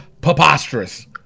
preposterous